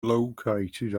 located